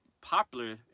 popular